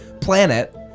planet